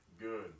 good